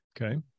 Okay